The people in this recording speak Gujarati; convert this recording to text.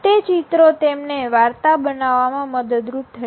તે ચિત્રો તેમને વાર્તા બનાવવામાં મદદરૂપ થશે